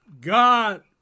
God